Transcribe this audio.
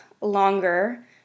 longer